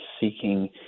seeking